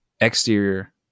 exterior